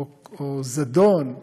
או זדון,